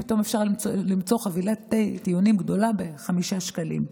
פתאום אפשר למצוא חבילת תיונים גדולה בחמישה שקלים.